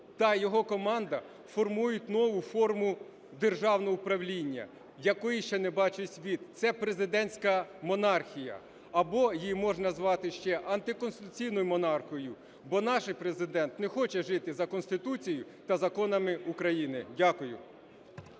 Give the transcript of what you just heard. та його команда формують нову форму державного управління, якої ще не бачив світ, - це президентська монархія. Або її можна назвати ще антиконституційною монархією, бо наш Президент не хоче жити за Конституцією та законами України. Дякую.